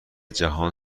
جهان